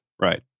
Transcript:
Right